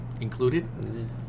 Included